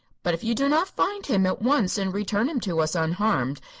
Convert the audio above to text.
but if you do not find him at once, and return him to us unharmed,